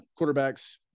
quarterbacks